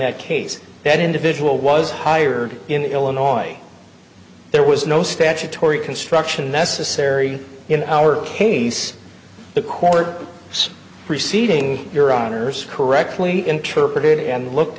that case that individual was hired in illinois there was no statutory construction necessary in our case the court preceding your honour's correctly interpreted and looked